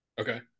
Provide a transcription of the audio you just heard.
Okay